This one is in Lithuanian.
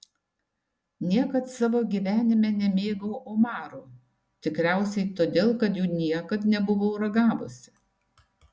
niekad savo gyvenime nemėgau omarų tikriausiai todėl kad jų niekad nebuvau ragavusi